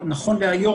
נכון להיות,